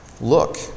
Look